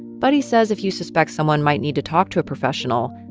but he says if you suspect someone might need to talk to a professional,